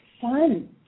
fun